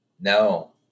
No